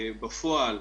בפועל,